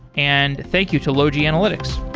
and thank you to logi analytics.